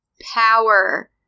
power